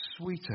Sweeter